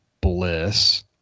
Bliss